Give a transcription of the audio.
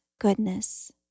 goodness